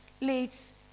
leads